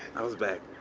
i was back.